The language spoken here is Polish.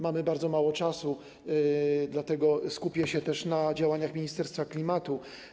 Mam bardzo mało czasu, dlatego skupię się na działaniach Ministerstwa Klimatu.